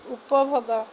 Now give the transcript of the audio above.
ଉପଭୋଗ